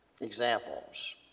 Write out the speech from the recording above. examples